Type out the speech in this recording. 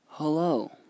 Hello